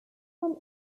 done